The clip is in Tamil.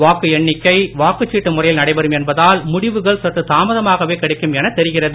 வாக்கு எண்ணிக்கை வாக்குச் சீட்டு முறையில் நடைபெறும் என்பதால் முடிவுகள் சற்று தாமதமாகவே கிடைக்கும் என தெரிகிறது